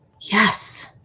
Yes